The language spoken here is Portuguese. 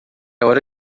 hora